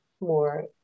more